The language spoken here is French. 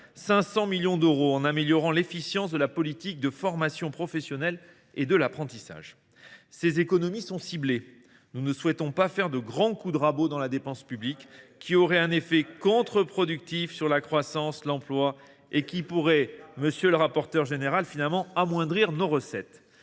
500 millions d’euros en améliorant l’efficience de la politique de formation professionnelle et de l’apprentissage. Ces économies sont ciblées. Nous ne souhaitons pas faire de grands coups de rabot dans la dépense publique,… Allez !…… qui auraient un effet contre productif sur la croissance, l’emploi et qui pourrait finalement amoindrir nos recettes.